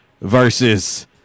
versus